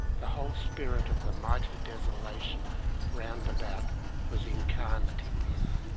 the whole spirit of the mighty desolation round about was incarnate in him.